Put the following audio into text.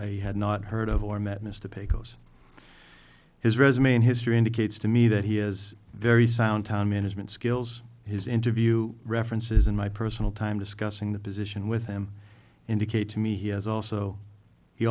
i had not heard of or met mr pecos his resume in history indicates to me that he is very sound time management skills his interview references and my personal time discussing the position with him indicate to me he has also he